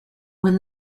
when